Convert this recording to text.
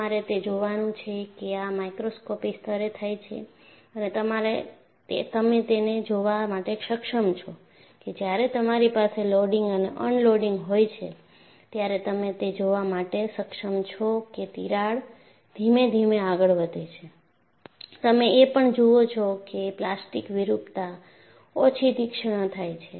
તમારે તે જોવાનું છે કે આ માઇક્રોસ્કોપિક સ્તરે થાય છે અને તમે તેને જોવા માટે સક્ષમ છો કે જ્યારે તમારી પાસે લોડિંગ અને અનલોડિંગ હોય છે ત્યારે તમે તે જોવા માટે સક્ષમ છો કે તિરાડ ધીમે ધીમે આગળ વધે છે તમે એ પણ જુઓ છો કે પ્લાસ્ટિક વિરૂપતા ઓછી તીક્ષ્ણ થાય છે